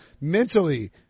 mentally